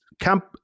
camp